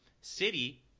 city